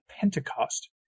Pentecost